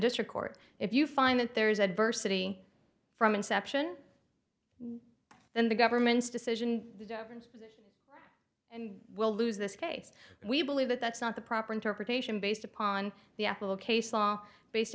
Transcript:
district court if you find that there is adversity from inception and the government's decision and will lose this case we believe that that's not the proper interpretation based upon the actual case law based